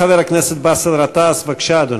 חבר הכנסת באסל גטאס, בבקשה, אדוני.